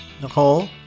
Nicole